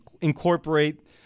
incorporate